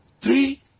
three